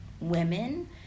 women